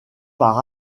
par